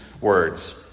words